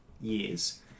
years